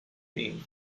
mean